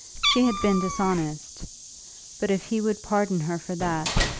she had been dishonest but if he would pardon her for that,